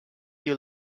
you